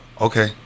okay